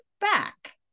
back